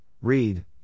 read